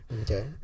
Okay